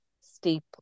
steep